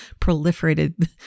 proliferated